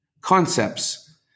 concepts